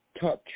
touch